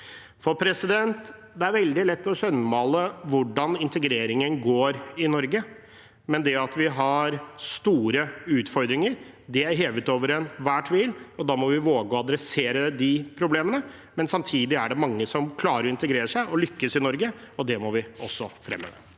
Det er veldig lett å skjønnmale hvordan integreringen går i Norge. Det at vi har store utfordringer, er hevet over enhver tvil, og da må vi våge å adressere de problemene. Samtidig er det mange som klarer å integrere seg og lykkes i Norge, og det må vi også fremme.